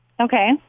okay